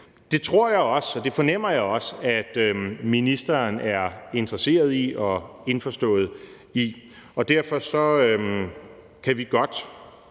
Det tror jeg også og det fornemmer jeg også at ministeren er interesseret i og indforstået med. Derfor kan vi med